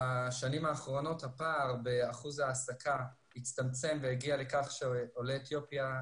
בשנים האחרונות הפער באחוז ההעסקה הצטמצם והגיע לכך שעולי אתיופיה,